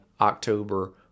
October